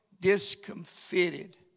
discomfited